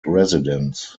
residence